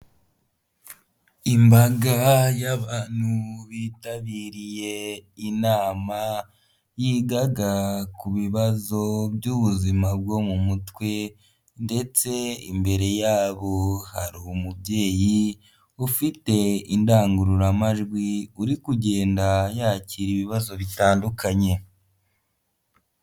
Imbaga y'abantu bitabiriye inama yigaga ku bibazo by'ubuzima bwo mu mutwe ndetse imbere yabo hari umubyeyi ufite indangururamajwi uri kugenda yakira ibibazo bitandukanye.